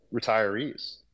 retirees